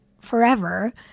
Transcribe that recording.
forever